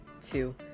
two